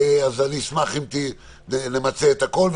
לא תארך זמן רב ואשמח אם נמצה את הכול.